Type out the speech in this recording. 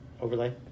overlay